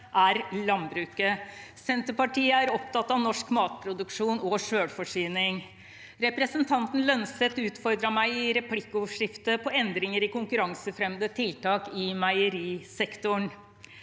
er landbruket. Senterpartiet er opptatt av norsk matproduksjon og selvforsyning. Representanten Lønseth utfordret meg i replikkordskiftet på endringer i konkurransefremmende tiltak i meierisektoren.